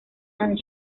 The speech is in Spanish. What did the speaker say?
and